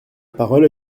parole